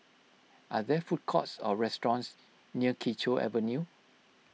are there food courts or restaurants near Kee Choe Avenue